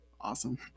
awesome